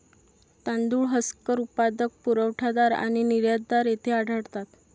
तांदूळ हस्कर उत्पादक, पुरवठादार आणि निर्यातदार येथे आढळतात